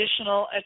additional